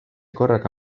korraga